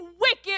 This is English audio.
wicked